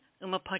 Uma